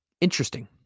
interesting